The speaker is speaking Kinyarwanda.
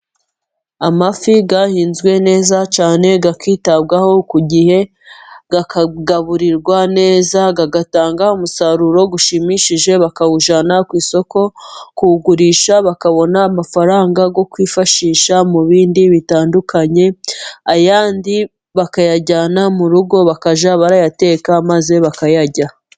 Amafi yahinzwe neza cyane akitabwaho ku gihe, akagaburirwa neza, agatanga umusaruro ushimishije, bakawujyana ku isoko kuwugurisha, bakabona amafaranga yo kwifashisha mu bindi bitandukanye, ayandi bakayajyana mu rugo bakajya bayateka, maze bakayarya.